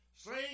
Sing